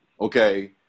Okay